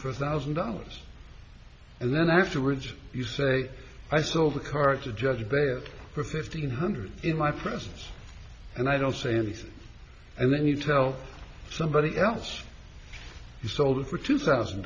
for a thousand dollars and then afterwards you say i sold the car to judge bayard for fifteen hundred in my presence and i don't say anything and then you tell somebody else you sold it for two